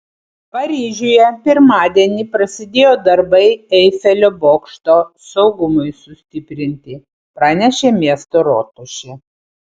paryžiuje pirmadienį prasidėjo darbai eifelio bokšto saugumui sustiprinti pranešė miesto rotušė